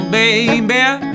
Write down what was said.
baby